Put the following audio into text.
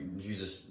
Jesus